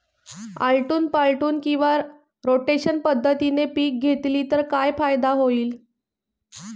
आलटून पालटून किंवा रोटेशन पद्धतीने पिके घेतली तर काय फायदा होईल?